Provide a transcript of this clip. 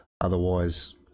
otherwise